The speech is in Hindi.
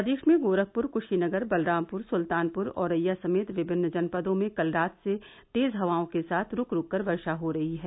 प्रदेश में गोरखपुर क्शीनगर बलरामपुर सुल्तानपुर औरैया समेत विभिन्न जनपदों में कल रात से तेज हवाओं के साथ रूक रूक कर वर्षा हो रही है